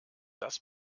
das